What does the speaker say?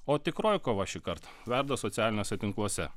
o tikroji kova šįkart veda socialiniuose tinkluose